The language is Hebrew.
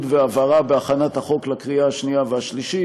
והבהרה בהכנת החוק לקריאה השנייה והשלישית.